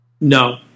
No